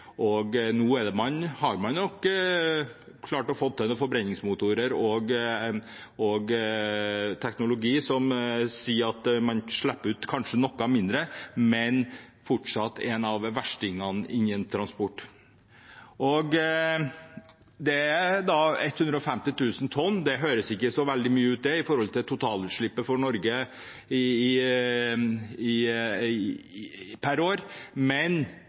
Nå har man nok klart å få til noen forbrenningsmotorer og teknologi som gjør at de kanskje slipper ut noe mindre, men de er fortsatt en av verstingene innen transport. De slipper ut 150 000 tonn CO2 per år. Det høres ikke så veldig mye ut i forhold til totalutslippet for Norge per år, men